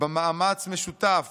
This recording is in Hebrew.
במאמץ משותף